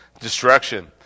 destruction